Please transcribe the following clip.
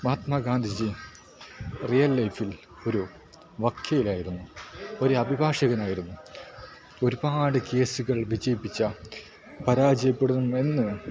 Mahatma Gandhiji real ലൈഫിൽ ഒരു വക്കീൽ ആയിരുന്നു ഒരു അഭിഭാഷകനായിരുന്നു ഒരുപാട് കേസുകൾ വിജയിപ്പിച്ച പരാജയപ്പെടുമെന്ന്